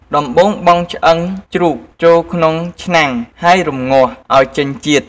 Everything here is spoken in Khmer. ដំបូងបង់ឆ្អឹងជ្រូកចូលក្នុងឆ្នាំងហើយរំងាស់ ឱ្យចេញជាតិ។